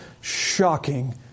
shocking